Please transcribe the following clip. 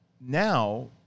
now